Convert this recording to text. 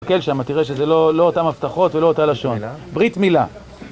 תסתכל שם, תראה שזה לא אותן הבטחות ולא אותה לשון, ברית מילה.